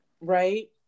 right